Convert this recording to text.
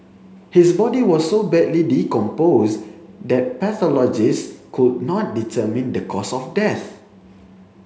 his body was so badly decomposed that pathologists could not determine the cause of death